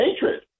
hatred